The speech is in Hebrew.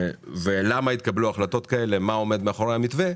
למה התקבלו ההחלטות כאלה ומה עומד מאחורי המתווה.